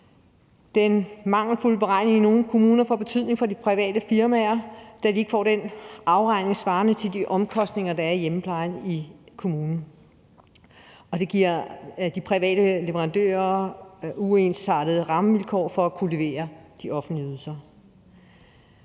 Den mangelfulde beregning i nogle kommuner får betydning for de private firmaer, da de ikke får den afregning, der svarer til de omkostninger, der er i hjemmeplejen i kommunen. Og det giver de private leverandører uensartede rammevilkår med hensyn til at levere de offentlige ydelser.